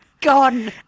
Gone